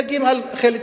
הייתי ודאי עושה זאת.